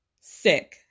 sick